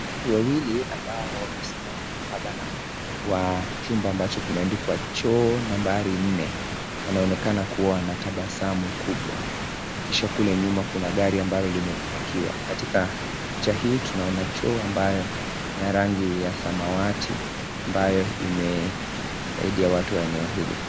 Watu wawili ambao wamesimama mkabala kwa chumba ambacho kimeandikwa choo nambari nne wanaonekana kuwa na tabasamu kubwa. Kisha, kule nyuma kuna gari ambalo limepakiwa. Katika picha hii tunaona choo ambacho ni ya rangi ya samawati ambayo imesaidia watu wa eneo hili.